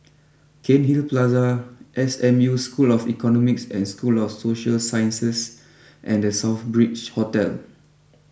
Cairnhill Plaza S M U School of Economics and School of Social Sciences and the South Bridge Hotel